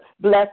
bless